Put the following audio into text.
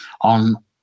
On